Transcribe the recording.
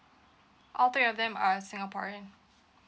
all three of them are singaporean